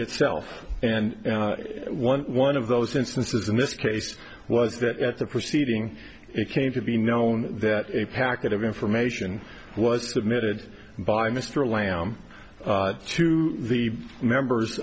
itself and one one of those instances in this case was that at the proceeding it came to be known that a packet of information was submitted by mr lamb to the members